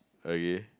okay